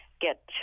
get